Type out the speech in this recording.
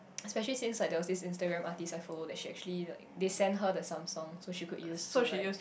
especially since like there was this Instagram artist I follow that she actually like they send her the Samsung so she could use to like